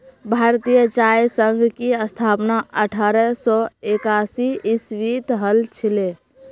भारतीय चाय संघ की स्थापना अठारह सौ एकासी ईसवीत हल छिले